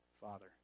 Father